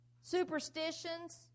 superstitions